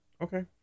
okay